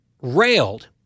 railed